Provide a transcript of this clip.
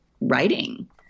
writing